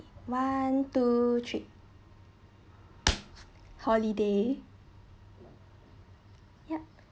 one two three holiday yup